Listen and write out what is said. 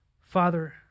Father